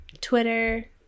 Twitter